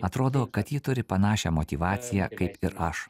atrodo kad ji turi panašią motyvaciją kaip ir aš